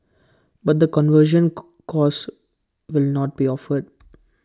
but the conversion course will not be offered